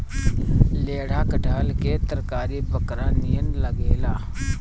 लेढ़ा कटहल के तरकारी बकरा नियन लागेला